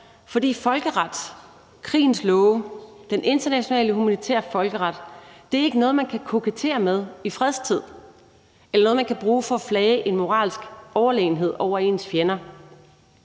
andre, for krigens love, den internationale humanitære folkeret, er ikke noget, man kan kokettere med i fredstid, eller noget, man kan bruge for at flage en moralsk overlegenhed i forhold til ens fjender.